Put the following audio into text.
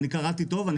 אני קראתי טוב.